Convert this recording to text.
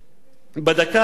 בדקה האחרונה,